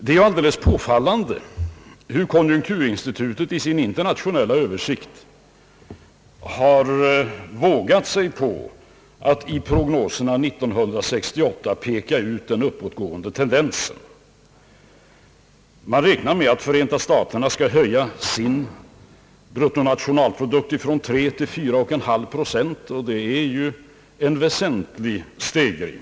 Det är alldeles påfallande hur konjunkturinstitutet i sin internationella översikt har vågat sig på att i prognoserna för 1968 peka ut den uppåtgående tendensen. Man räknar med att Förenta staterna skall öka höjningstakten i fråga om bruttonationalprodukten från 3 till 4,5 procent, vilket ju är en väsentlig stegring.